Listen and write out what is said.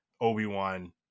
Obi-Wan